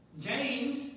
James